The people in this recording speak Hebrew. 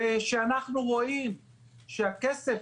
כשאנחנו רואים שהכסף